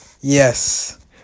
Yes